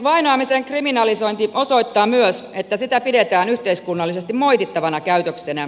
vainoamisen kriminalisointi osoittaa myös että sitä pidetään yhteiskunnallisesti moitittavana käytöksenä